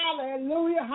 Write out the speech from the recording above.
Hallelujah